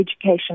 education